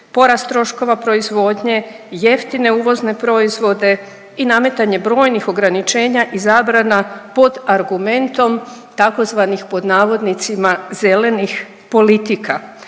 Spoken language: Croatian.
porast troškova proizvodnje, jeftine uvozne proizvode i nametanje brojnih ograničenja i zabrana pod argumentom tzv. pod navodnicima zelenih politika